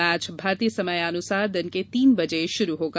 match भारतीय समयानुसार दिन के तीन बजे शुरू होगा